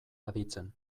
aditzen